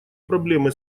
проблемы